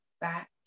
Back